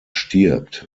stirbt